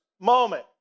moment